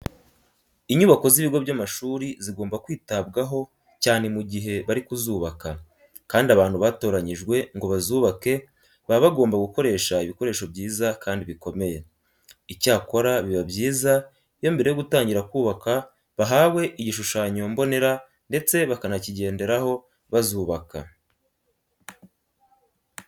Inyubako z'ibigo by'amashuri zigomba kwitabwaho cyane mu gihe bari kuzubaka kandi abantu batoranyijwe ngo bazubake baba bagomba gukoresha ibikoresho byiza kandi bikomeye. Icyakora biba byiza iyo mbere yo gutangira kubaka bahawe igishushanyo mbonera ndetse bakanakigenderaho bazubaka.